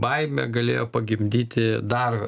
baimė galėjo pagimdyti dar